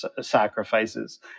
sacrifices